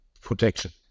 protection